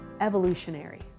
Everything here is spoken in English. evolutionary